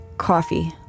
Coffee